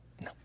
No